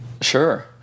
sure